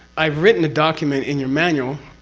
i've written a document in your manual,